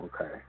okay